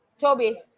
toby